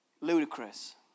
Ludicrous